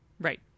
right